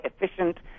efficient